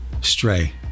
stray